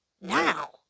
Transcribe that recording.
now